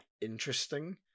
interesting